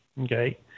Okay